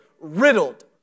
riddled